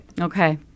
okay